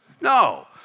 No